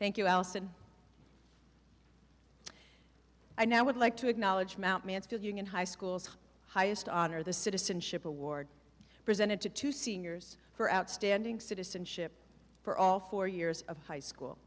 thank you allison i now would like to acknowledge mt mansfield union high school's highest honor the citizenship award presented to two seniors for outstanding citizenship for all four years of high school